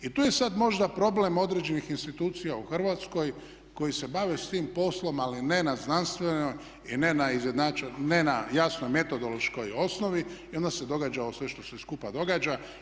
I tu je sad možda problem određenih institucija u Hrvatskoj koji se bave s tim poslom, ali ne na znanstvenoj i ne na jasnoj metodološkoj osnovi i onda se događa ovo sve što se skupa događa.